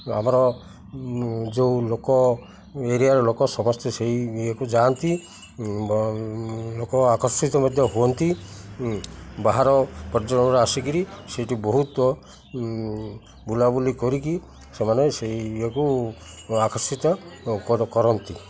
ଆମର ଯେଉଁ ଲୋକ ଏରିଆର ଲୋକ ସମସ୍ତେ ସେଇ ଇୟକୁ ଯାଆନ୍ତି ଲୋକ ଆକର୍ଷିତ ମଧ୍ୟ ହୁଅନ୍ତି ବାହାର ପର୍ଯ୍ୟଟନର ଆସି କରି ସେଇଠି ବହୁତ ବୁଲା ବୁଲି କରିକି ସେମାନେ ସେଇ ଇଏକୁ ଆକର୍ଷିତ କରନ୍ତି